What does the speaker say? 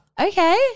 okay